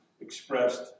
expressed